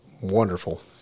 wonderful